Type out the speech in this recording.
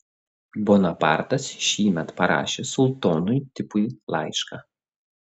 bonapartas šįmet parašė sultonui tipui laišką